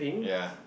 ya